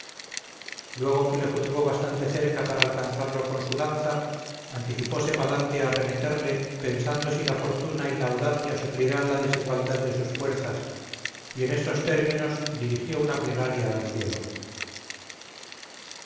luego que le juzgó bastante cerca para alcanzarlo con su lanza anticipose palante a arremeterle pensando si la fortuna y la audacia suplirán la desigualdad de sus fuerzas y en estos términos dirigió una plegaria al cielo